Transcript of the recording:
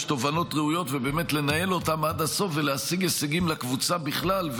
תובענות ראויות ובאמת לנהל אותן עד הסוף ולהשיג הישגים לקבוצה בכלל,